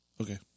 Okay